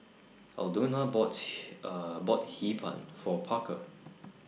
Aldona bought bought Hee Pan For Parker